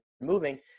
moving